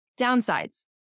Downsides